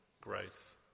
growth